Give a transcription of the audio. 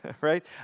right